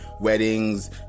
weddings